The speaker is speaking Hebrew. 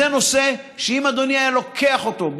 זה נושא שאם אדוני היה לוקח אותו,